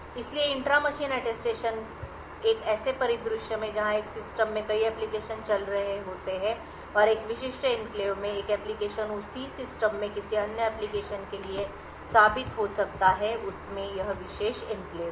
इसलिए intra machine attestation एक ऐसे परिदृश्य में जहां एक सिस्टम में कई एप्लिकेशन चल रहे होते हैं और एक विशिष्ट एन्क्लेव में एक एप्लिकेशन उसी सिस्टम में किसी अन्य एप्लिकेशन के लिए साबित हो सकता है कि उसमें यह विशेष एन्क्लेव है